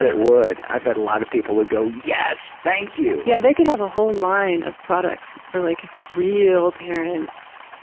it would. i bet a lot of people would go yes! thank you! yea, yeah they could have a whole line of products for like real parents.